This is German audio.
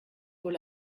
wohl